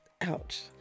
ouch